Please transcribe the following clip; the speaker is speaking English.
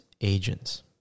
agents